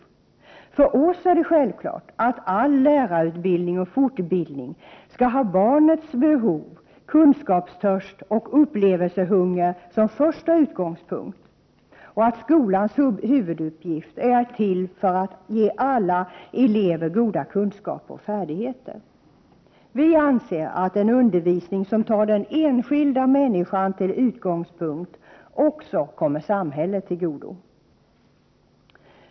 För oss är det självklart att all lärarutbildning och fortbildning skall ha barnets behov, kunskapstörst och upplevelsehunger som första utgångspunkt och att skolans huvuduppgift är att till alla elever förmedla goda kunskaper och färdigheter. Vi anser att en undervisning som tar den enskilda människan till utgångspunkt också kommer samhället till godo.